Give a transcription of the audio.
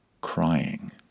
crying